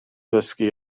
dysgu